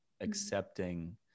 accepting